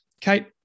Kate